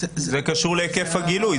אסף: זה קשור להיקף הגילוי.